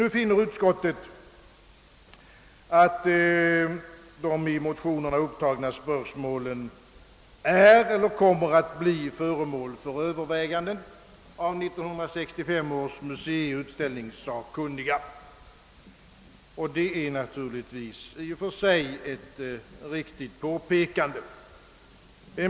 Utskottet finner, att de i motionerna upptagna spörsmålen »är eller kommer att bli föremål för överväganden av 1965 års museioch = utställningssakkunniga». Detta är naturligtvis i och för sig ett riktigt påpekande.